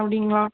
அப்படிங்களா